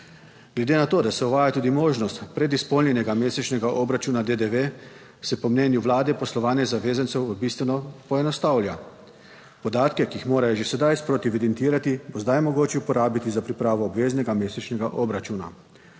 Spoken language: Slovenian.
Glede na to, da se uvaja tudi možnost predizpolnjenega mesečnega obračuna DDV, se po mnenju Vlade poslovanje zavezancev bistveno poenostavlja. Podatke, ki jih morajo že sedaj sproti evidentirati, bo zdaj mogoče uporabiti za pripravo obveznega mesečnega obračuna.